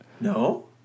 No